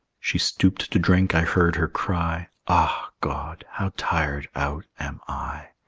she stooped to drink i heard her cry ah, god, how tired out am i!